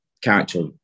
character